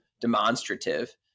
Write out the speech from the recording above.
demonstrative